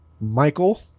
Michael